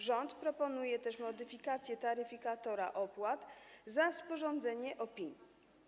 Rząd proponuje też modyfikację taryfikatora opłat za sporządzenie opinii.